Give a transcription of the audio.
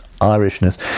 Irishness